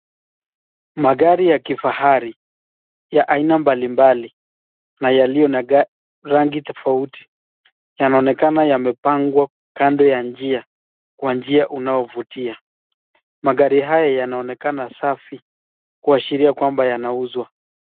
Magari ya kifahari ya aina mbalimbali na yaliyo na rangi tofauti yanaonekana yamepangwa kando ya njia kwa njia unaovutia. Magari haya yanaonekana safi kuashiria kwamba yanauzwa.